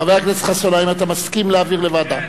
חבר הכנסת חסון, האם אתה מסכים להעביר לוועדה?